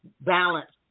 balance